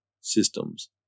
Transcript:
systems